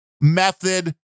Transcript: method